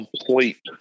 complete